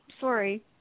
sorry